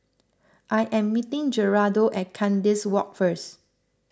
I am meeting Geraldo at Kandis Walk first